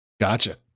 Gotcha